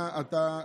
מה אתה,